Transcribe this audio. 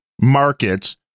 markets